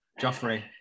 Joffrey